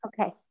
Okay